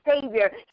Savior